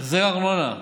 החזר ארנונה,